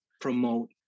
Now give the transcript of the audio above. promote